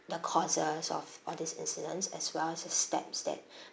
the causes of all these incidents as well as the steps that